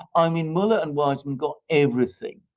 i mean, mueller and weissmann got everything.